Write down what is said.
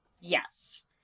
Yes